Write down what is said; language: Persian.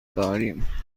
داریم